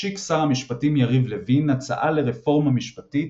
השיק שר המשפטים יריב לוין הצעה לרפורמה משפטית,